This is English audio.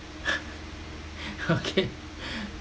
okay